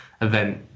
event